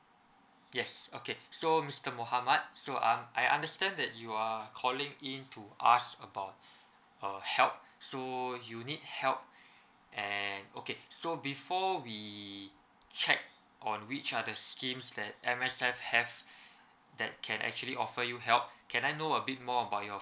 yes okay so mister mohamad so um I understand that you are calling in to ask about uh help so you need help and okay so before we check on which are schemes that M_S_F have that can actually offer you help can I know a bit more about your